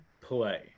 play